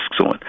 on